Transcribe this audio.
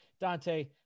Dante